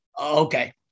Okay